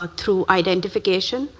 ah through identification,